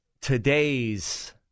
today's